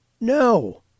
No